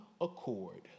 accord